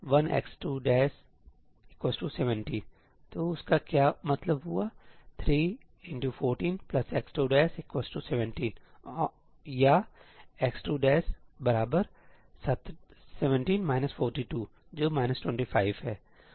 तो उसका क्या मतलब हुआ 3x217 or x217 42 जो 25 है